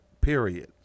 Period